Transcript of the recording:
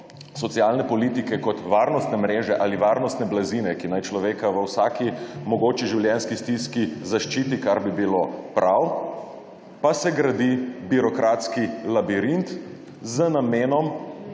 socialne politike kot varnostne mreže ali varnostne blazine, ki naj človeka v vsaki mogoči življenjski stiski zaščiti, kar bi bilo prav, pa se gradi birokratski labirint z namenom